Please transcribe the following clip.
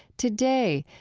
today,